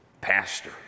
pastor